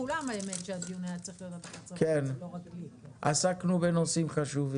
כן, עסקנו בנושאים חשובים.